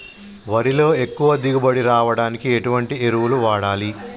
వరిలో ఎక్కువ దిగుబడి రావడానికి ఎటువంటి ఎరువులు వాడాలి?